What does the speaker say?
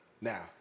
Now